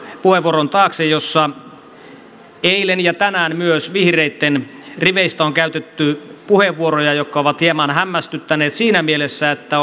puheenvuoron taakse eilen ja tänään myös vihreitten riveistä on käytetty puheenvuoroja jotka ovat hieman hämmästyttäneet siinä mielessä että